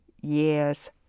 years